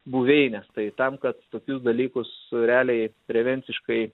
buveinės tai tam kad tokius dalykus reliai prevenciškai